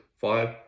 five